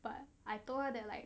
but I told her that like